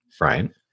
Right